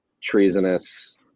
treasonous